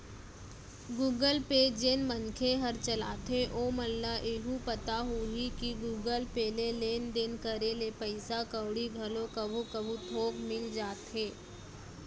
Google Pay जेन मनखे हर चलाथे ओमन ल एहू पता होही कि गुगल पे ले लेन देन करे ले पइसा कउड़ी घलो कभू कभू थोक मिल जाथे